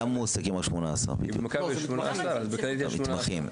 זה מתמחים.